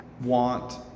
want